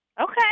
Okay